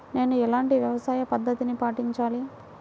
నేను ఎలాంటి వ్యవసాయ పద్ధతిని పాటించాలి?